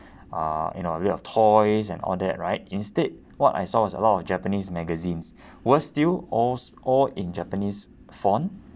uh you know a bit of toys and all that right instead what I saw was a lot of japanese magazines worst still alls all in japanese font